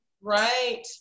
right